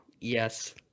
Yes